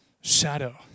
shadow